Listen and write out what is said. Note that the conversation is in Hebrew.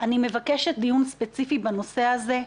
אני מבקשת דיון ספציפי בנושא הזה.